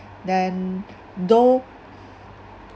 then though